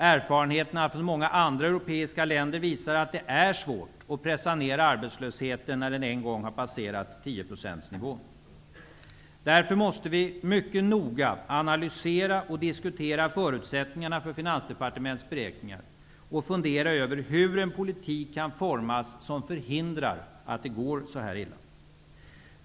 Erfarenheterna från många andra europeiska länder visar att det är svårt att pressa ner arbetslösheten när den en gång har passerat tioprocentsnivån. Därför måste vi mycket noga analysera och diskutera förutsättningarna för Finansdepartementets beräkningar och fundera över hur en politik kan formas som förhindrar att det går så illa.